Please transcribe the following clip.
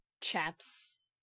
Chaps